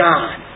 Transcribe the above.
God